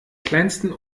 kleinsten